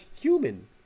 human